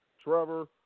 Trevor